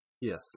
Yes